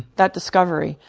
that discovery,